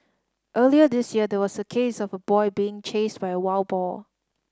earlier this year there was a case of a boy being chased by a wild boar